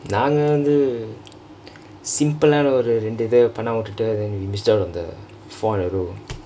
நாங்க வந்து :naangka vanthu simple ஒறு ரெண்டு இத பன்னாம விட்டுட்டு:oru rendu itha pannaama vittuttu then we missed out on the four in a row